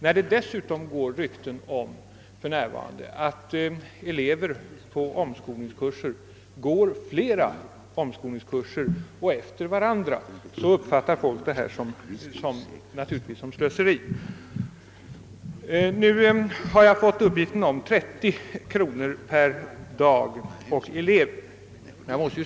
När det dessutom för närvarande går rykten om att elever på omskolningskurser går flera kurser efter varandra uppfattas detta naturligtvis som slöseri. Jag har nu fått uppgiften att kostnaden är 30 kronor per dag och elev.